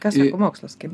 ką sako mokslas kaip